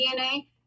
DNA